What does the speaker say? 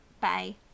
bye